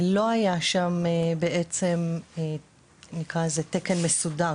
בעצם לא היה שם תקן מסודר,